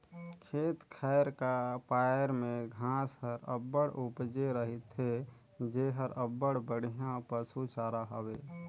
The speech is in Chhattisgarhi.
खेत खाएर का पाएर में घांस हर अब्बड़ उपजे रहथे जेहर अब्बड़ बड़िहा पसु चारा हवे